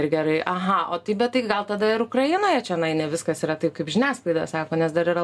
ir gerai aha o tai bet gal tada ir ukrainoje čionai ne viskas yra taip kaip žiniasklaida sako nes dar yra